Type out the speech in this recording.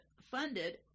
funded